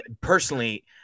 personally